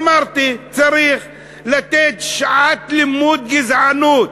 אמרתי: צריך לתת שעת לימוד בנושא גזענות.